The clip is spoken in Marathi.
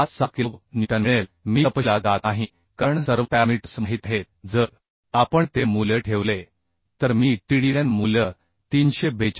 56 किलो न्यूटन मिळेल मी तपशीलात जात नाही कारण सर्व पॅरामीटर्स माहित आहेत जर आपण ते मूल्य ठेवले तर मी Tdn मूल्य 342